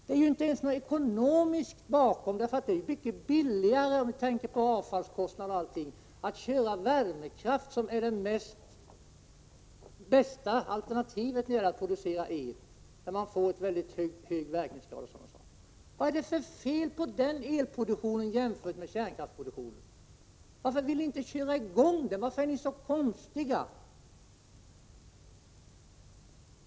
Det finns inte ens någon ekonomi bakom den, för det är mycket billigare, om man tar hänsyn till avfallskostnader och annat, att ha värmekraft, som ju är det bästa alternativet när det gäller att producera el. Man får en mycket hög verkningsgrad. Vad är det för fel på den elproduktionen jämfört med kärnkraftsproduktionen? Varför vill ni inte köra i gång? Varför är ni så konstiga?